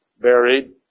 buried